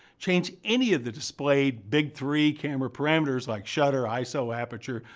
change any of the displayed big three camera parameters like shutter, iso, aperture,